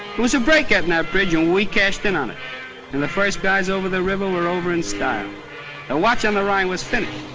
it was a break getting that bridge and we cashed in on it and the first guys over the river were over in style. the watch on the rhine was finished,